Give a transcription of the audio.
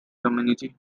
community